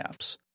apps